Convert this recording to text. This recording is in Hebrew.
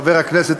חבר הכנסת,